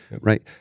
right